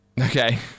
Okay